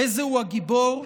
"איזהו גיבור?